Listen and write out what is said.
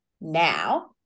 now